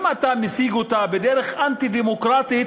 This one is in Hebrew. אם אתה משיג אותה בדרך אנטי-דמוקרטית,